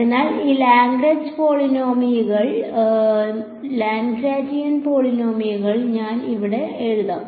അതിനാൽ ഈ ലഗ്രാഞ്ച് പോളിനോമിയലുകൾ ഞാൻ അവ ഇവിടെ എഴുതാം